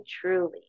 truly